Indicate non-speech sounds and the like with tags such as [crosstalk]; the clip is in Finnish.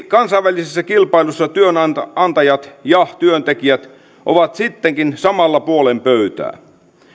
[unintelligible] kansainvälisessä kilpailussa työnantajat ja työntekijät ovat sittenkin samalla puolen pöytää